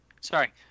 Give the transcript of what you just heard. sorry